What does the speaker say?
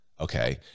Okay